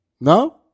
No